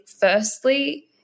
firstly